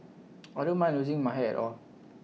I don't mind losing my hair at all